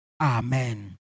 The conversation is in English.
Amen